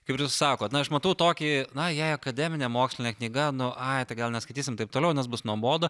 kaip ir jūs sakot na aš matau tokį na jei akademinė mokslinė knyga nu ai gal neskaitysim taip toliau nes bus nuobodu